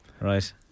right